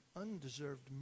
undeserved